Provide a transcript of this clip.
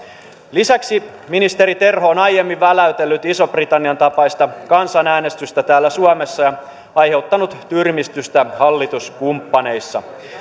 lisäksi ministeri terho on aiemmin väläytellyt ison britannian tapaista kansanäänestystä täällä suomessa ja aiheuttanut tyrmistystä hallituskumppaneissa